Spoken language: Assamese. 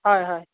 হয় হয়